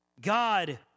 God